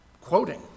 quoting